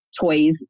toys